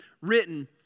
written